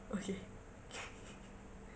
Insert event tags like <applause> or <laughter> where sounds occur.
okay <laughs>